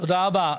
תודה רבה.